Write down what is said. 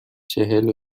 چهل